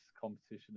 competition